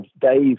Dave